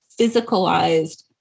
physicalized